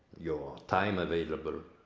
your time available,